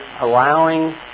allowing